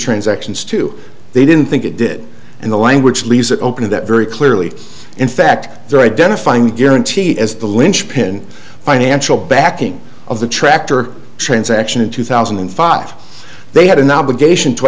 transactions to they didn't think it did in the language leaves it open to that very clearly in fact they're identifying the guarantee as the linchpin financial backing of the tractor transaction in two thousand and five they had an obligation to